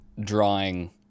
drawing